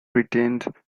retained